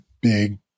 big